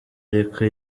ariko